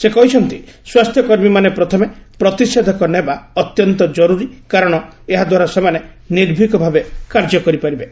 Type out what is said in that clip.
ସେ କହିଛନ୍ତି ସ୍ୱାସ୍ଥ୍ୟ କର୍ମୀମାନେ ପ୍ରଥମେ ପ୍ରତିଷେଧକ ନେବା ଅତ୍ୟନ୍ତ ଜରୁରି କାରଣ ଏହାଦ୍ୱାରା ସେମାନେ ନିର୍ଭିକ ଭାବେ କାର୍ଯ୍ୟ କରିପାରିବେ